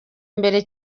mbere